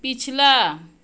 पिछला